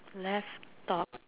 left top